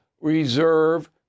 reserve